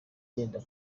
yenda